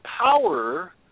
power